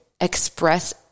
express